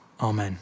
Amen